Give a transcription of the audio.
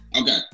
Okay